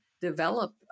develop